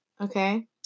Okay